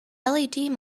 led